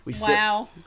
Wow